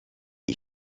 est